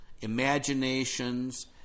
imaginations